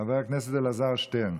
חבר הכנסת אלעזר שטרן.